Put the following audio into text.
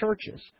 churches